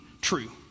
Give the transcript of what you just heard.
true